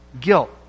guilt